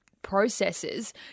Processes